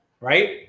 right